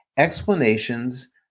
explanations